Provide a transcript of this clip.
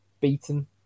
beaten